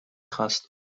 خواست